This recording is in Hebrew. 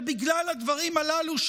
שבגלל הדברים הללו,